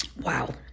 Wow